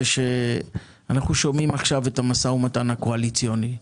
שאנחנו שומעים עכשיו את המשא-ומתן הקואליציוני,